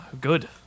Good